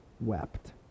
wept